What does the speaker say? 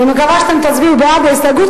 אני מקווה שאתם תצביעו בעד ההסתייגות,